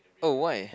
oh why